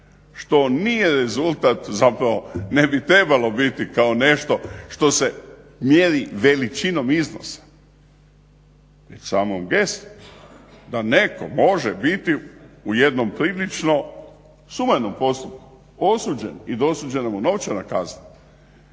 što nije rezultat zapravo, ne bi trebalo biti kao nešto što se mjeri veličinom iznosa već samom gestom da netko može biti u jednom prilično sumarnom postupku osuđen i dosuđena mu novčana kazna